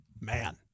Man